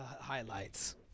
highlights